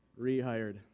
Rehired